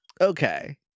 okay